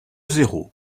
zéro